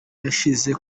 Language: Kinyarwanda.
yashyize